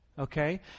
Okay